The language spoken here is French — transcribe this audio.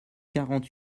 quarante